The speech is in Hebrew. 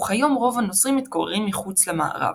וכיום רוב הנוצרים מתגוררים מחוץ למערב.